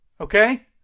Okay